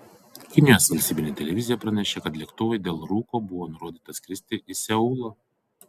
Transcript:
kinijos valstybinė televizija pranešė kad lėktuvui dėl rūko buvo nurodyta skristi į seulą